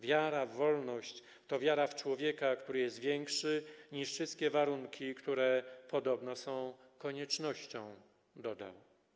Wiara w wolność to wiara w człowieka, który jest większy niż wszystkie warunki, które podobno są koniecznością, dodał.